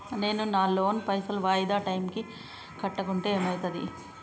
నేను నా లోన్ పైసల్ వాయిదా టైం కి కట్టకుంటే ఏమైతది?